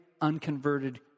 unconverted